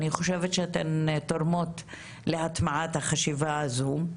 אני חושבת שאתן תורמות להטמעת החשיבה הזו,